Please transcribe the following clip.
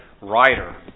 writer